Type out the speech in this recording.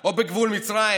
או בגבול מצרים,